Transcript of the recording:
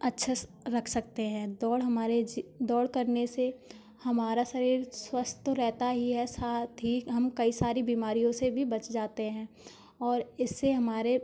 अच्छे रख सकते हैं दौड़ हमारे दौड़ करने से हमारा शरीर स्वस्थ तो रहता ही है साथ ही हम कई सारी बीमारियों से भी बच जाते हैं और इससे हमारे